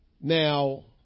Now